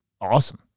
awesome